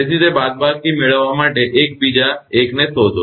તેથી તે બાદબાકી મેળવવા માટે 1 બીજા 1 ને શોધો